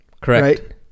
Correct